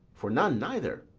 for none neither.